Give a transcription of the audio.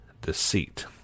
deceit